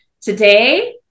today